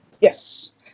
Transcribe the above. Yes